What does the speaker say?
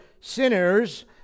sinners